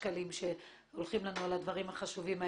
שקלים שהולכים לנו על הדברים החשובים האלה.